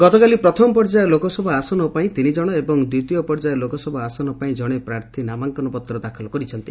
ଗତକାଲି ପ୍ରଥମ ପର୍ଯ୍ୟାୟ ଲୋକସଭା ଆସନ ପାଇଁ ତିନି ଜଣ ଏବଂ ଦିତୀୟ ପର୍ଯ୍ୟାୟ ଲୋକସଭା ଆସନ ପାଇଁ ଜଣେ ପ୍ରାର୍ଥୀ ନାମାଙ୍କନ ପତ୍ର ଦାଖଲ କରିଛନ୍ତି